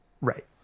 Right